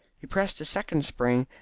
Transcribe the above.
he pressed a second spring,